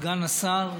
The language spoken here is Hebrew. סגן השר,